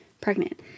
pregnant